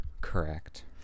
Correct